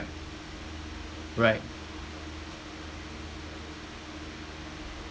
right